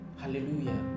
Hallelujah